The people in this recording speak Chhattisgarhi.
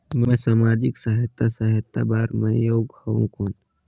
मैं समाजिक सहायता सहायता बार मैं योग हवं कौन?